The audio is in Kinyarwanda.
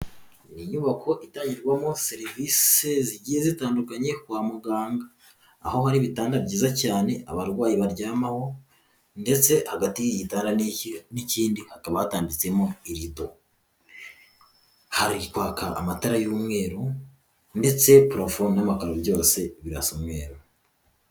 Inyubako itangirwamo serivisi zigiye zitandukanye kwa muganga aho bari bitanda byiza cyane abarwayi baryamaho ndetse hagati y'igitanda n'ikindi hakaba hatambitsemo ilido ,harikwaka amatara y'umweru ndetse prafo n'amakara byose birasa umweru.